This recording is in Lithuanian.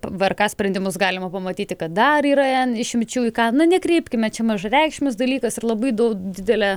vrk sprendimus galima pamatyti kad dar yra en išimčių į ką nu nekreipkime čia mažareikšmis dalykas ir labai daug didelė